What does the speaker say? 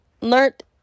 learned